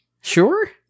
Sure